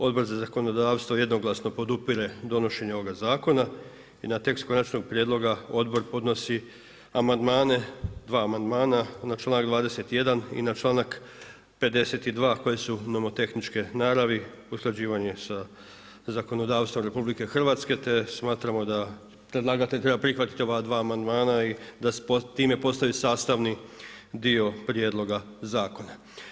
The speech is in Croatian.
Odbor za zakonodavstvo jednoglasno podupire donošenje ovoga zakona i na tekst konačnog prijedloga odbor podnosi amandmane, dva amandmana na čl.21 i na čl.52. koji su nomotehničke naravi, usklađivanje sa zakonodavstvom RH, te smatramo da predlagatelj treba prihvatiti ova dva amandmana i da se time postavi sastavni dio prijedloga zakona.